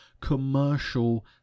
commercial